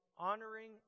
Honoring